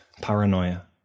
paranoia